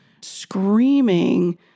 screaming